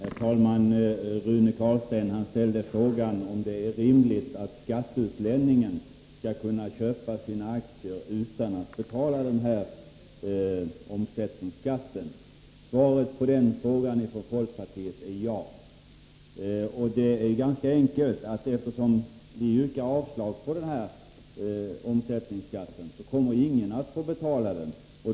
Herr talman! Rune Carlstein ställde frågan om det är rimligt att skatteutlänningar skall kunna köpa sina aktier utan att betala den här omsättningsskatten. Svaret från folkpartiet på den frågan är ja. Eftersom vi yrkar avslag på ett införande av omsättningsskatt kommer ingen att få betala den.